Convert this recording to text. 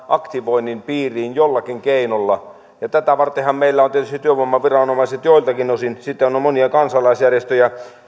aktivoinnin piiriin jollakin keinolla ja tätä vartenhan meillä on tietysti työvoimaviranomaiset joiltakin osin sittenhän on monia kansalaisjärjestöjä